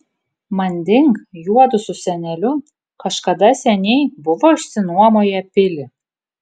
manding juodu su seneliu kažkada seniai buvo išsinuomoję pilį